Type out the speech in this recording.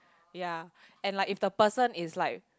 ya and like if the person is like